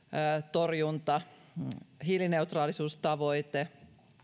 torjunta hiilineutraalisuustavoite